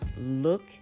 look